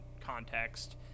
context